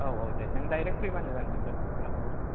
औ औ दे नों दाइरेक्ट फैबानो लोगो मोनखागोन आरो